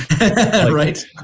right